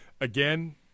again